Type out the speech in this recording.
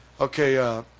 Okay